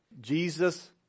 Jesus